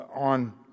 on